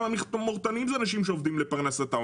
גם המכמורתנים הם אנשים שעובדים לפרנסתם,